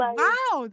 wow